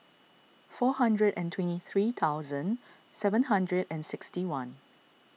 four hundred and twenty three thousand seven hundred and sixty one